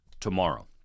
tomorrow